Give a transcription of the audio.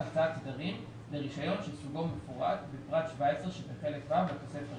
תדרים לרישיון שסוגו מפורט בפרט 17 שבחלק ו' לתוספת הראשונה".